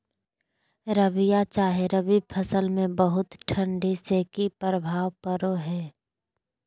रबिया चाहे रवि फसल में बहुत ठंडी से की प्रभाव पड़ो है?